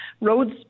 roads